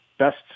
best